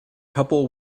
couple